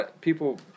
People